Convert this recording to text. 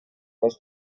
was